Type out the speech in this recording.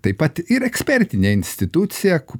taip pat ir ekspertinė institucija